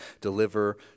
deliver